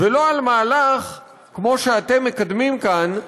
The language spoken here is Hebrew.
ולא על מהלך כמו שאתם מקדמים כאן,